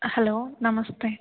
hello नमस्ते